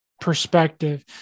perspective